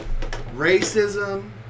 Racism